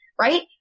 Right